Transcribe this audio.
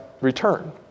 return